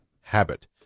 Habit